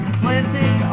planting